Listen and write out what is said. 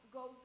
go